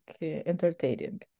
entertaining